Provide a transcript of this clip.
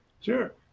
sure